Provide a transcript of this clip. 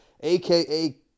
aka